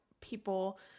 people